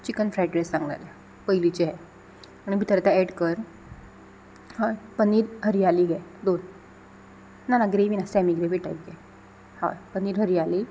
chicken fried rice सांगललें पयलीचे हे आनी भितर आतां एड कर हय पनीर हरयाली घे दोन ना ना ग्रेवी ना सॅमी ग्रेवी टायप घे हय पनीर हरयाली